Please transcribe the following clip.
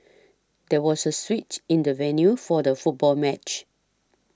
there was a switch in the venue for the football match